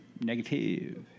Negative